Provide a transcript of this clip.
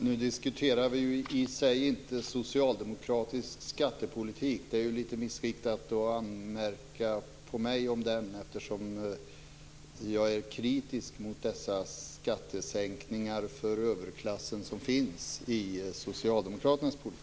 Fru talman! Vi diskuterar egentligen inte socialdemokratisk skattepolitik nu. Det är missriktat att anmärka på mig i det ämnet, eftersom jag är kritisk mot dessa skattesänkningar för överklassen som finns i Socialdemokraternas politik.